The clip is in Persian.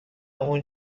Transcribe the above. اون